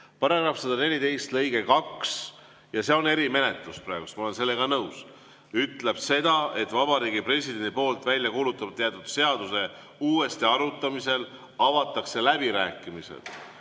Paragrahv 114 lõige 2 – ja see on erimenetlus praegu, ma olen sellega nõus – ütleb seda, et Vabariigi Presidendi poolt välja kuulutamata jäetud seaduse uuesti arutamisel avatakse läbirääkimised,